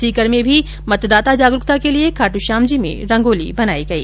सीकर में मतदाता जागरूकता के लिए खाटूश्यामजी में रंगोली बनाई गई